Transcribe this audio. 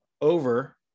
over